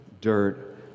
dirt